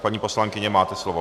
Paní poslankyně, máte slovo.